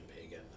pagan